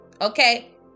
okay